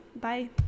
Bye